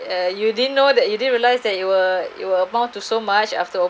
uh you didn't know that you didn't realise that you were you were bound to so much after all